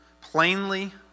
plainly